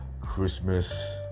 Christmas